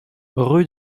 rue